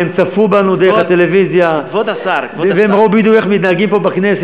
הם צפו בנו בטלוויזיה והם ראו בדיוק איך מתנהגים פה בכנסת.